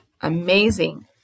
amazing